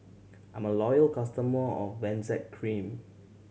I'm a loyal customer of Benzac Cream